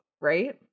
right